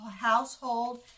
Household